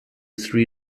three